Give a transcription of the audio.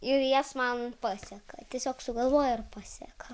ir jas man paseka tiesiog sugalvoja ir paseka